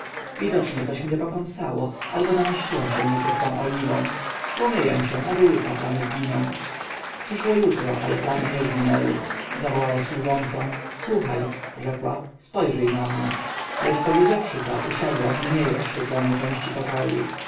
widocznie coś mnie pokąsało albo namaściłam się nieczystą oliwą umyję się a do jutra plamy zginą przyszło jutro ale plamy nie zginęły zawołała służącą słuchaj rzekła spojrzyj na mnie lecz powiedziawszy to usiadła w mniej oświetlonej części pokoju